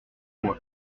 moi